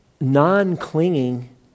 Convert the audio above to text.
non-clinging